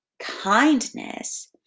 kindness